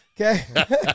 Okay